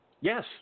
Yes